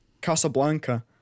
Casablanca